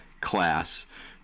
Class